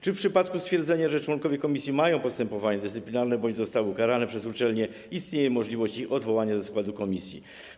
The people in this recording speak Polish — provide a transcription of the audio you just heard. Czy w przypadku stwierdzenia, że członkowie komisji mają postępowanie dyscyplinarne bądź zostały ukarane przez uczelnie, istnieje możliwość ich odwołania ze składu komisji?